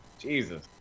Jesus